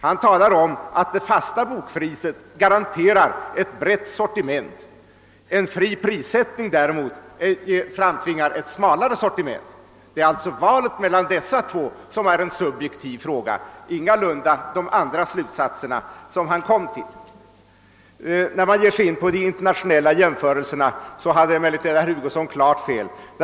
Han säger att det fasta bokpriset garanterar ett brett sortiment och att fri prissättning däremot framtvingar ett smalare sortiment. Det är alltså valet mellan dessa två alternativ som är en subjektiv fråga, ingalunda de andra slutsatser han kom till. När herr Hugosson gav sig in på de internationella jämförelserna hade han klart fel.